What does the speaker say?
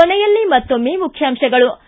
ಕೊನೆಯಲ್ಲಿ ಮತ್ತೊಮ್ನೆ ಮುಖ್ಯಾಂಶಗಳು